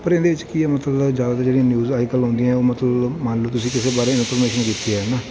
ਪਰ ਇਹਦੇ ਵਿੱਚ ਕੀ ਆ ਮਤਲਬ ਜ਼ਿਆਦਾ ਜਿਹੜੀਆਂ ਨਿਊਜ਼ ਅੱਜ ਕੱਲ੍ਹ ਆਉਂਦੀਆਂ ਉਹ ਮਤਲਬ ਮੰਨ ਲਓ ਤੁਸੀਂ ਕਿਸੇ ਬਾਰੇ ਇਨਫੋਰਮੇਸ਼ਨ ਦਿੱਤੀ ਹੈ ਨਾ